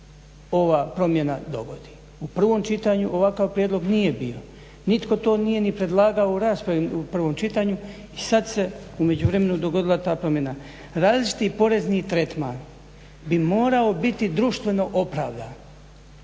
ova promjena dogodi? U prvom čitanju ovakav prijedlog nije bio, nitko to nije ni predlagao u raspravi u prvom čitanju i sad se u međuvremenu dogodila ta promjena. Različiti porezni tretman bi morao biti društveno opravdan.